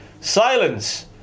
Silence